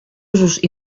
usos